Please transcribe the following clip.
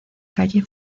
calle